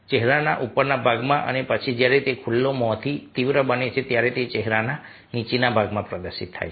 ચહેરાના ઉપરના ભાગમાં અને પછી જ્યારે તે ખુલ્લા મોંથી તીવ્ર બને છે ત્યારે તે ચહેરાના નીચેના ભાગમાં પ્રદર્શિત થાય છે